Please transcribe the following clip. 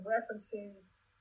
references